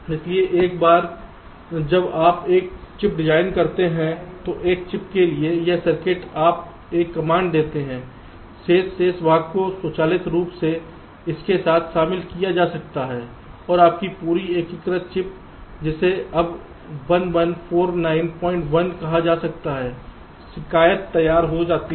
इसलिए एक बार जब आप एक चिप डिजाइन करते हैं तो एक चिप के लिए यह सर्किट आप एक कमांड देते हैं शेष शेष भाग को स्वचालित रूप से इसके साथ शामिल किया जा सकता है और आपकी पूरी एकीकृत चिप जिसे अब 11491 कहा जा सकता है शिकायत तैयार हो सकती है